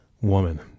Woman